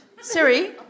Siri